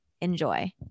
Enjoy